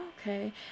Okay